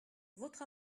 votre